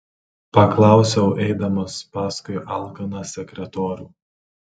paklausiau eidamas paskui alkaną sekretorių